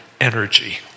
energy